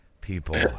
People